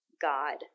God